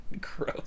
Gross